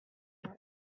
idea